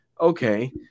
okay